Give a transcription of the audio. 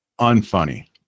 unfunny